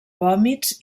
vòmits